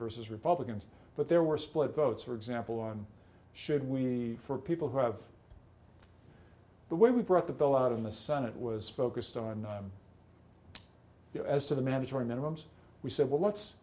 versus republicans but there were split votes for example on should we for people who have the way we brought the bill out in the sun it was focused on us to the mandatory minimums we said well let's